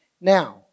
Now